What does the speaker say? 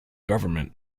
government